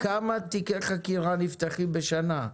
כמה תיקי חקירה נפתחים בשנה?